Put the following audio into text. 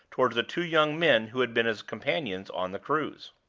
toward the two young men who had been his companions on the cruise?